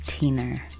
Teener